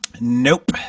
Nope